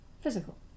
physical